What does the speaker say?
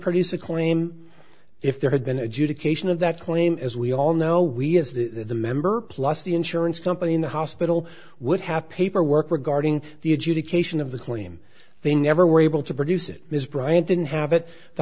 produce a claim if there had been adjudication of that claim as we all know we as the member plus the insurance company in the hospital would have paperwork regarding the adjudication of the claim they never were able to produce it mr bryant didn't have it the